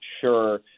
sure